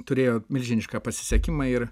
turėjo milžinišką pasisekimą ir